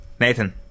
Nathan